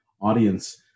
audience